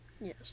Yes